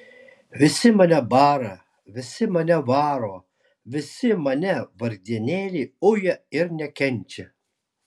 visi mane bara visi mane varo visi mane vargdienėlį uja ir nekenčia